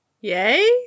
Yay